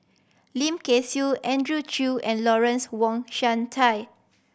Lim Kay Siu Andrew Chew and Lawrence Wong Shyun Tsai